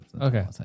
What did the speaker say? Okay